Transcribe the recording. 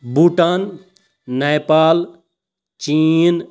بوٗٹان نیپال چیٖن